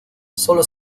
solo